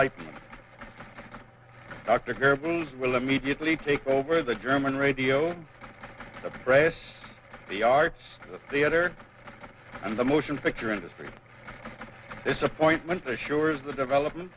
hughes will immediately take over the german radio the press the arts the theater and the motion picture industry disappointment the shores the development